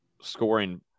scoring